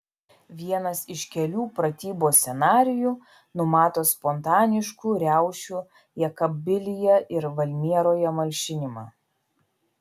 vienas iš kelių pratybų scenarijų numato spontaniškų riaušių jekabpilyje ir valmieroje malšinimą